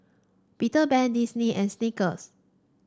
Peter Pan Disney and Snickers